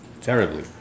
terribly